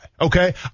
Okay